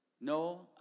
No